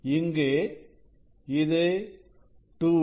இங்கு இது 2d